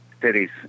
cities